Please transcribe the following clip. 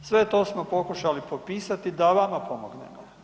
Sve to smo pokušali popisati da vama pomognemo.